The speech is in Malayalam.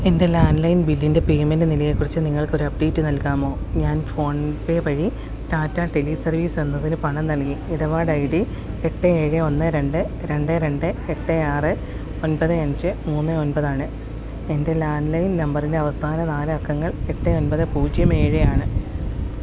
എൻ്റെ ലാൻഡ് ലൈൻ ബില്ലിൻ്റെ പേയ്മെൻ്റ് നിലയെക്കുറിച്ച് നിങ്ങൾക്ക് ഒരു അപ്ഡേറ്റ് നൽകാമോ ഞാൻ ഫോൺ പേ വഴി ടാറ്റ ടെലി സർവീസ് എന്നതിന് പണം നൽകി ഇടപാട് ഐ ഡി എട്ട് ഏഴ് ഒന്ന് രണ്ട് രണ്ട് രണ്ട് എട്ട് ആറ് ഒൻപത് അഞ്ച് മൂന്ന് ഒൻപത് ആണ് എൻ്റെ ലാൻഡ് ലൈൻ നമ്പറിൻ്റെ അവസാന നാല് അക്കങ്ങൾ എട്ട് ഒൻപത് പൂജ്യം ഏഴ് ആണ്